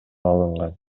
алынган